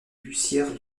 bussière